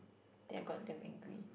then I got damn angry